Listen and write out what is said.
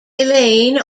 elaine